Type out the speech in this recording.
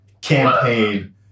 campaign